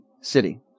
city